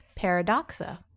paradoxa